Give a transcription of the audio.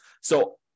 So-